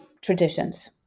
traditions